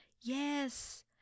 Yes